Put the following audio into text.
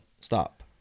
stop